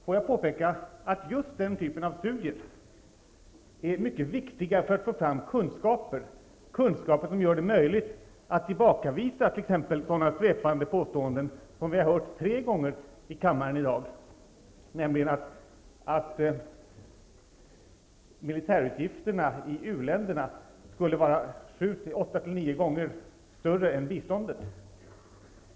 Får jag påpeka att just den typen av studier är mycket viktig för att få fram kunskaper, kunskaper som gör det möjligt att tillbakavisa t.ex. sådana svepande påståenden som vi hört tre gånger i kammaren i dag, nämligen att militärutgifterna i u-länderna skulle vara 7--9 gånger större än biståndet.